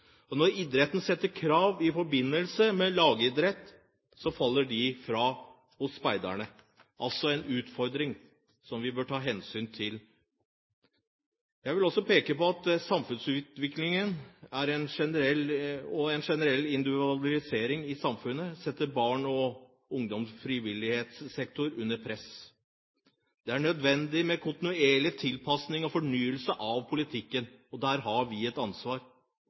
Når idretten setter krav i forbindelse med lagidrett, faller de fra i speideren – altså er dette en utfordring vi bør ta hensyn til. Jeg vil også peke på at samfunnsutviklingen og en generell individualisering i samfunnet setter barne- og ungdomsfrivillighetssektoren under press. Det er nødvendig med kontinuerlig tilpasning og fornyelse av politikken, og der har vi et ansvar